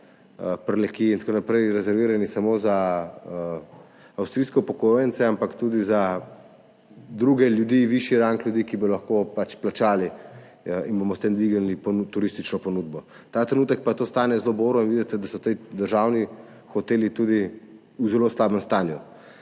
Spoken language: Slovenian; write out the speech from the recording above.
Prlekiji in tako naprej, rezervirani samo za avstrijske upokojence, ampak tudi za druge ljudi, višji rang ljudi, ki bodo lahko pač plačali in bomo s tem dvignili turistično ponudbo. Ta trenutek pa je to stanje zelo borno in vidite, da so ti državni hoteli tudi v zelo slabem stanju.